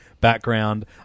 background